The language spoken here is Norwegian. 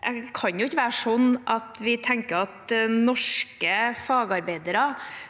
Det kan ikke være sånn at norske fagarbeidere